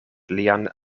lian